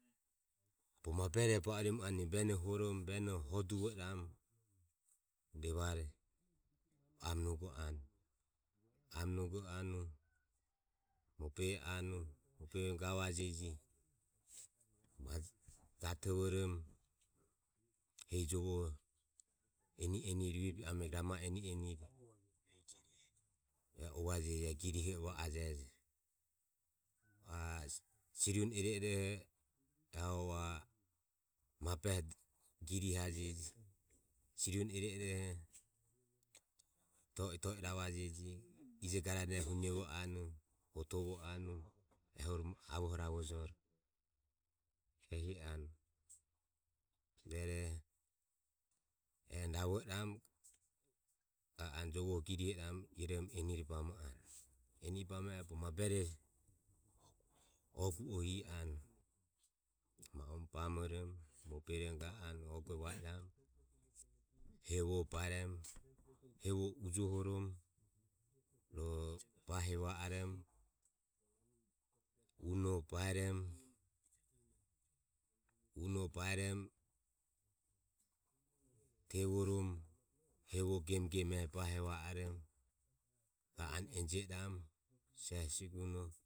A va oromogavaje va o majae bajego vono bu o rovajeji. Vono bu o rove oho bogo maberoho naevajeje romaho senoho osare e o mahu o aganohu o joe gore senoho vajajeji romaho vaeromo. rabe e oho nome arue vene o juvae ajovo bamode ioho mami e avohe e je ero na rove oho iromo osare o mahu o e joe gore vaeromo rohu joe rabe jovoromo. joe rabe vaeromo rueroho majaho bajego momoro o jaureje.